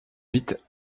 huit